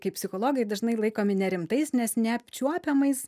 kai psichologai dažnai laikomi nerimtais nes neapčiuopiamais